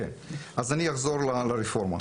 אני אחזור לרפורמה.